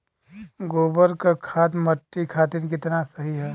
गोबर क खाद्य मट्टी खातिन कितना सही ह?